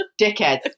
dickheads